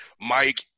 Mike